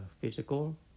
physical